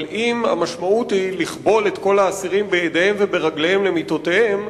אבל אם המשמעות היא לכבול את כל האסירים בידיהם וברגליהם למיטותיהם,